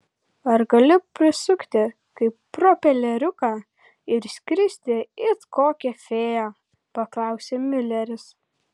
ar gali prisukti kaip propeleriuką ir skristi it kokia fėja paklausė miuleris